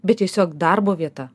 bet tiesiog darbo vieta